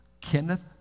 Kenneth